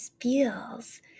feels